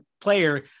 player